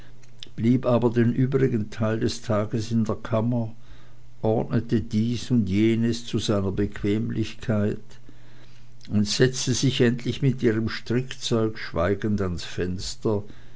blieb aber den übrigen teil des tages in der kammer ordnete erst dies und jenes zu seiner bequemlichkeit und setzte sich endlich mit ihrem strickzeug schweigend ans fenster